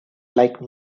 like